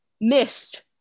Missed